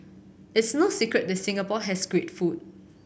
it's no secret that Singapore has great food